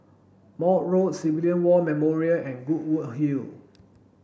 Maude Road Civilian War Memorial and Goodwood Hill